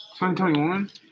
2021